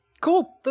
Cool